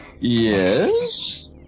yes